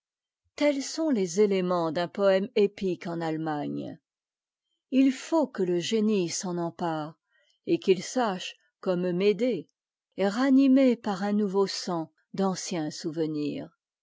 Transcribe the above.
tels sont les éléments d'un poëme épique en at temagne i faut que te génie e s'en empare et qu'it sache comme médée ranimer par un nouveau sang d'anciens souvenirs